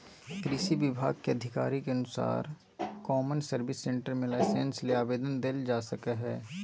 कृषि विभाग के अधिकारी के अनुसार कौमन सर्विस सेंटर मे लाइसेंस ले आवेदन देल जा सकई हई